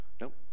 nope